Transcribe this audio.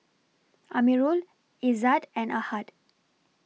Amirul Izzat and Ahad